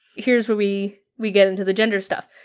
here's where we we get into the gender stuff.